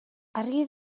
argi